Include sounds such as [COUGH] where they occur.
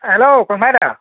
hello [UNINTELLIGIBLE] my da